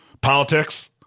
politics